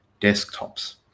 desktops